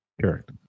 Correct